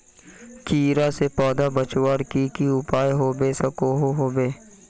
कीड़ा से पौधा बचवार की की उपाय होबे सकोहो होबे?